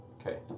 Okay